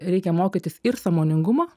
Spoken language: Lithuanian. reikia mokytis ir sąmoningumo